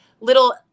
little